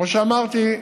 כמו שאמרתי,